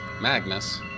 Magnus